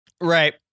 Right